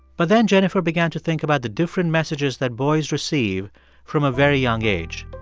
but then jennifer began to think about the different messages that boys receive from a very young age.